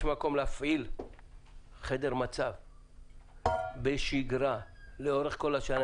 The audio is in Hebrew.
יש מקום להפעיל חדר מצב בשגרה לאורך כל השנה.